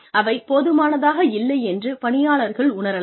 அவை போதுமானதாக இல்லை என்று பணியாளர்கள் உணரலாம்